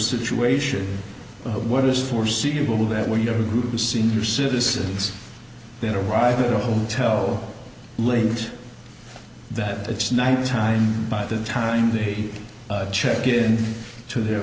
situation what is foreseeable that when you have a group of senior citizens that arrive at a hotel late that it's night time by the time the check given to their